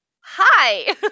Hi